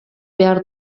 behar